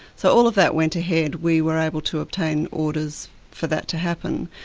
so all of that went ahead. we were able to obtain orders for that to happen.